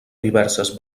diverses